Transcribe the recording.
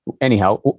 anyhow